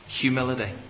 Humility